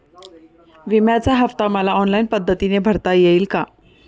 विम्याचा हफ्ता मला ऑनलाईन पद्धतीने भरता येईल का?